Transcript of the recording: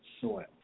soil